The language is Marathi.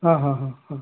हां हां हां हां